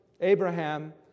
Abraham